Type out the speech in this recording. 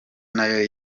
nayo